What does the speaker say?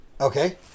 Okay